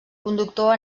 conductor